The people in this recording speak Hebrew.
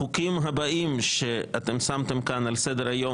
החוקים הבאים ששמתם כאן על סדר היום